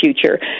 future